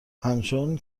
همچون